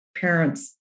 parents